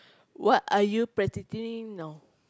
what are you practically no